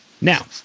Now